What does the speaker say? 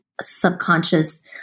subconscious